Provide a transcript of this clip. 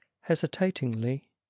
hesitatingly